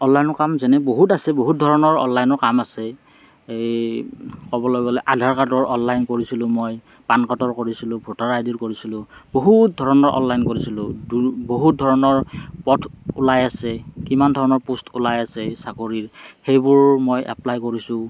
অনলাইনৰ কাম যেনে বহুত আছে বহুত ধৰণৰ অনলাইনৰ কাম আছে এই ক'বলৈ গ'লে আধাৰ কাৰ্ডৰ অনলাইন কৰিছিলোঁ মই পান কাৰ্ডৰ কৰিছিলোঁ ভোটাৰ আইডিৰ কৰিছিলোঁ বহুত ধৰণৰ অনলাইন কৰিছিলোঁ বহুত ধৰণৰ পথ ওলাই আছে কিমান ধৰণৰ পষ্ট ওলাই আছে চাকৰিৰ সেইবোৰ মই এপ্লাই কৰিছোঁ